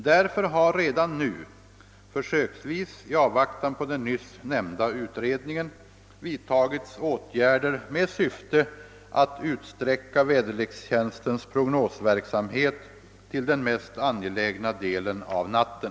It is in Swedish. Därför har redan nu — försöksvis i avvaktan på den nyss nämnda utredningen — vidtagits åtgärder med syfte att utsträcka väderlekstjänstens prognosverksamhet till den mest angelägna delen av natten.